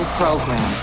program